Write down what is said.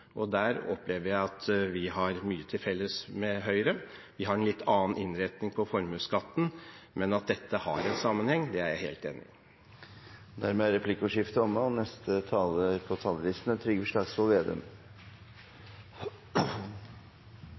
velferdssamfunn. Der opplever jeg at vi har mye til felles med Høyre. Vi har en litt annen innretning på formuesskatten, men at dette har en sammenheng, det er jeg helt enig i. Dermed er replikkordskiftet omme. I skatte- og avgiftspolitikken er